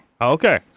Okay